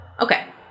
okay